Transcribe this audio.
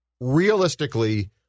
realistically